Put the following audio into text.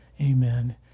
Amen